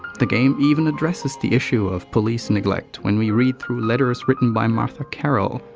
the game even addresses the issue of police neglect when we read through letters written by martha carol,